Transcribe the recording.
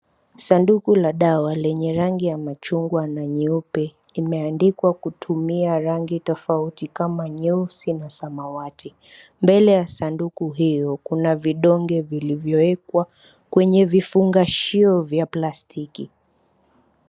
Sanduku la dawa lenye rangi ya machungwa na nyeupe limeandikwa kutumia rangi tofauti kama nyeusi na samawati. Mbele ya sanduku hiyo kuna vidonge vilivyowekwa kwenye vifungashio vya plastiki.